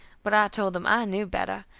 but i told them i knew better,